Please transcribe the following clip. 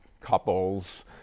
couples